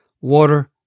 water